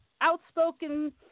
outspoken